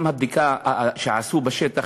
גם מהבדיקה שעשו בשטח,